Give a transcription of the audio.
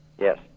Yes